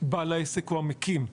בעל העסק או המקים.